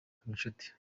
habinshuti